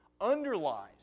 underlies